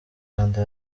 rwanda